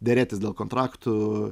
derėtis dėl kontraktų